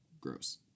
Gross